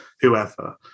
whoever